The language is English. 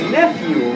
nephew